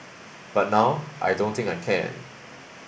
but now I don't think I can